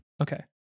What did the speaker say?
Okay